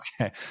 Okay